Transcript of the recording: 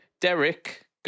Derek